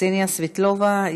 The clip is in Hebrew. קסניה סבטלובה,